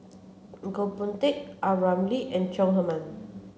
Goh Boon Teck A Ramli and Chong Heman